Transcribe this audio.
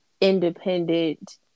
independent